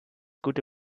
gute